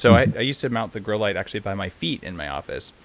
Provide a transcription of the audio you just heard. so i ah used to mount the grow light actually by my feet in my office.